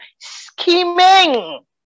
scheming